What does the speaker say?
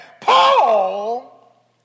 Paul